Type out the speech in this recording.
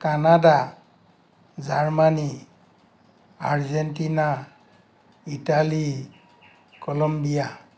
Canada Germany Argentina Italy Columbia